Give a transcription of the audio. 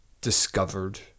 discovered